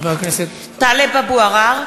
(קוראת בשם חבר הכנסת) טלב אבו עראר,